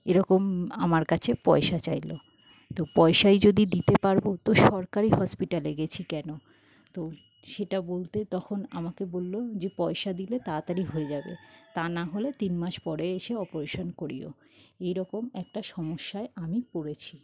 এরকম আমার কাছে পয়সা চাইলো তো পয়সাই যদি দিতে পারবো তো সরকারি হসপিটালে গেছি কেনো তো সেটা বলতে তখন আমাকে বললো যে পয়সা দিলে তাড়াতাড়ি হয়ে যাবে তা না হলে তিন মাস পরে এসে অপরেশান করিও এইরকম একটা সমস্যায় আমি পড়েছি